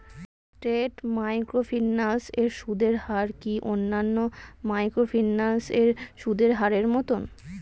স্কেট microfinance এর সুদের হার কি অন্যান্য মাইক্রোফিন্যান্স এর সুদের হারের মতন?